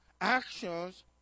Actions